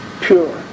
pure